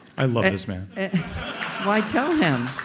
i love this man why tell him?